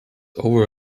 over